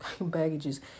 baggages